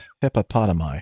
hippopotami